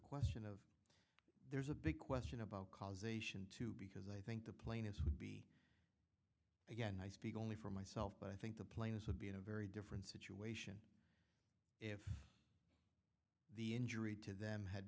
question of there's a big question about causation too because i think the plaintiffs would be again i speak only for myself but i think the players would be in a very different situation if the injury to them had